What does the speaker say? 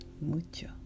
mucho